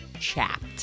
chapped